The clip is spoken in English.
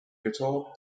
guitar